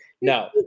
No